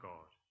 God